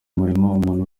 umuntu